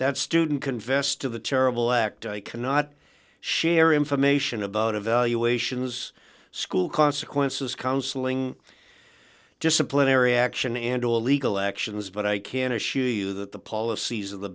that student confessed to the terrible act i cannot share information about evaluations school consequences counseling disciplinary action and all legal actions but i can assure you that the policies of the